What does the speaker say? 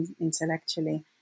intellectually